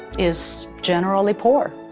is generally poor,